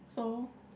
so